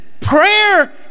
prayer